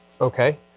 Okay